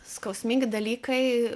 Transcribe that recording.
skausmingi dalykai